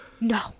No